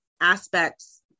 aspects